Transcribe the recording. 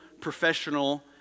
professional